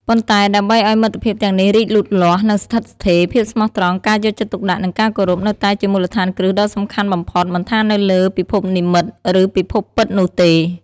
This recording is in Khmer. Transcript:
ប៉ុន្តែដើម្បីឱ្យមិត្តភាពទាំងនេះរីកលូតលាស់ និងស្ថិតស្ថេរ ភាពស្មោះត្រង់ ការយកចិត្តទុកដាក់ និងការគោរព នៅតែជាមូលដ្ឋានគ្រឹះដ៏សំខាន់បំផុត មិនថានៅលើពិភពនិម្មិត ឬពិភពពិតនោះទេ។